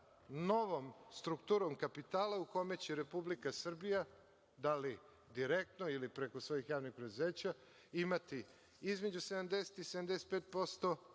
novom strukturom kapitala u kome će Republika Srbija, da li direktno ili preko svojih javnih preduzeća, imati između 70 i 75%